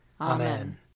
Amen